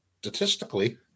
statistically